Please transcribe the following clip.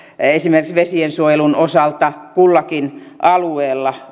esimerkiksi vesiensuojelun osalta kullakin alueella